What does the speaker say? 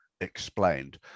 explained